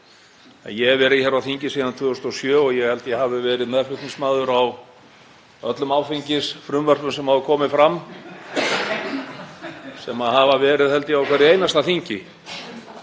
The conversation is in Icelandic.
Ég hef verið hér á þingi síðan 2007 og ég held ég hafi verið meðflutningsmaður á öllum áfengisfrumvörpum sem hafa komið fram sem hafa verið, á hverju einasta þingi,